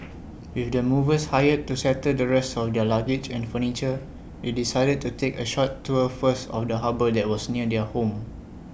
with the movers hired to settle the rest of their luggage and furniture they decided to take A short tour first of the harbour that was near their home